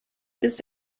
bis